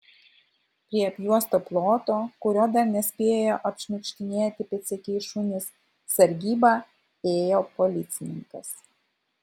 prie apjuosto ploto kurio dar nespėjo apšniukštinėti pėdsekiai šunys sargybą ėjo policininkas